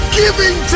giving